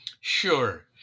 Sure